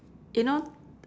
you know